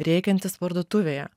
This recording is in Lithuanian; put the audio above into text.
rėkiantis parduotuvėje